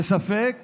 וספק